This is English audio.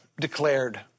declared